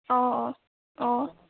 অঁ অঁ অঁ